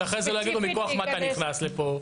שאחרי זה לא יגידו - מכוח מה אתה נכנס לפה,